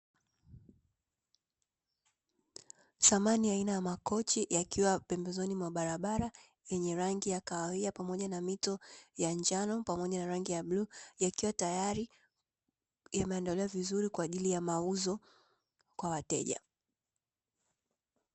Samani ya aina ya makochi yakiwa pembezoni mwa barabara yenye rangi ya kahawia pamoja na mito ya njano pamoja na rangi ya bluu, yakiwa tayari yameandaliwa vizuri kwa ajili ya mauzo kwa wateja.